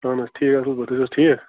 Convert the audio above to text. اَہن حظ ٹھیٖک اَصٕل پٲٹھۍ تُہۍ چھِو حظ ٹھیٖک